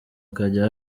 akajya